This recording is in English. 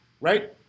right